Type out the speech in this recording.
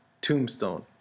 Tombstone